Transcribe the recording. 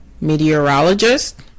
Meteorologist